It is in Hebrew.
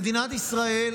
מדינת ישראל,